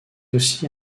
aussi